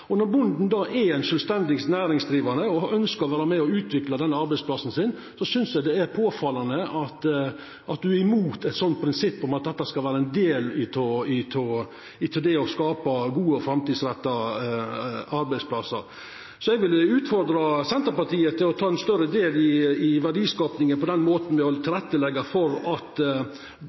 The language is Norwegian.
Når bonden då er ein sjølvstendig næringsdrivande og ønskjer å vera med og utvikla arbeidsplassen sin, synest eg det er påfallande at representanten Pollestad er imot eit prinsipp om at dette skal vera ein del av det å skapa gode og framtidsretta arbeidsplassar. Så eg vil utfordra Senterpartiet til å ta ein større del i verdiskapinga på den måten, ved å leggja til rette for at